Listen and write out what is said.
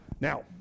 Now